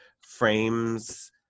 frames